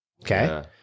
okay